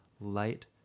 light